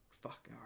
fuck